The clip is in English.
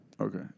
Okay